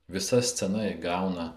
visa scena įgauna